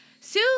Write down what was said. Sue